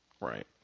Right